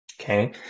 Okay